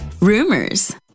rumors